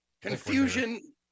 confusion